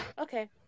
Okay